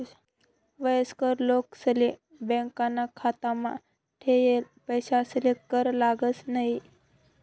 वयस्कर लोकेसले बॅकाना खातामा ठेयेल पैसासले कर लागस न्हयी